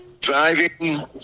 driving